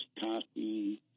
cotton